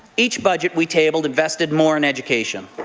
each budget we table invested more in education.